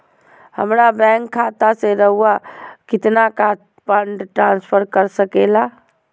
हमरा बैंक खाता से रहुआ कितना का फंड ट्रांसफर कर सके ला?